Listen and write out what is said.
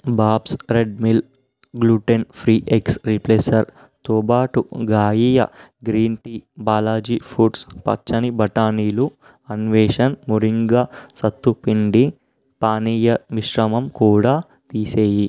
Bob's red mill gluten free egg replacer తోపాటు Gaia green tea Balaji foods పచ్చని బఠానీలు Anveshan moringa sattu పిండి పానీయ మిశ్రమం కూడా తీసేయి